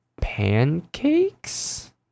pancakes